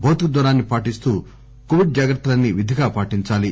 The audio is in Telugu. భౌతిక దూరాన్ని పాటిస్తూ కోవిడ్ జాగ్రత్తలన్నీ విధిగా పాటించాలి